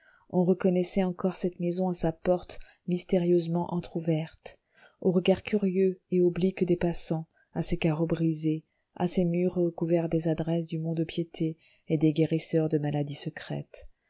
on reconnaissait encore cette maison à sa porte mystérieusement entr'ouverte aux regards curieux et obliques des passants à ses carreaux brisés à ses murs recouverts des adresses du mont-de-piété et des guérisseurs de maladies secrètes